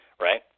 right